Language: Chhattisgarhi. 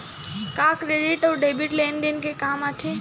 का क्रेडिट अउ डेबिट लेन देन के काम आथे?